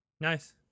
Nice